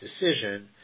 decision